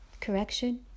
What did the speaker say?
Correction